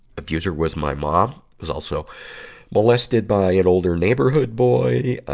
abuser was my mom, who's also molested by an older neighborhood boy. ah